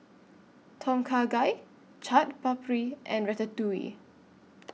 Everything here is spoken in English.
Tom Kha Gai Chaat Papri and Ratatouille